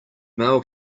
male